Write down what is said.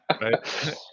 right